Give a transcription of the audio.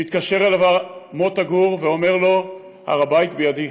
מתקשר אליו מוטה גור ואומר לו: "הר הבית בידי".